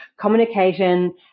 communication